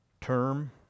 term